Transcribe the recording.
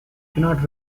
cannot